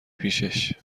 پیشش